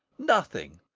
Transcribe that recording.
nothing,